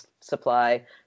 supply